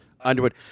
Underwood